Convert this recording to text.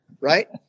Right